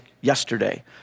yesterday